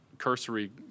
cursory